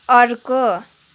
अर्को